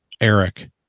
Eric